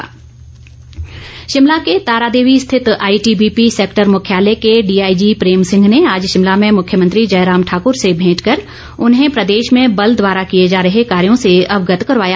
मेंट शिमला के तारादेवी स्थित ITBP sector मुख्यालय के डीआईजी प्रेम सिंह ने आज शिमला में मुख्यमंत्री जयराम ठाकुर से भेंट कर उन्हें प्रदेश में बल द्वारा किए जा रहे कार्यो से अवगत करवाया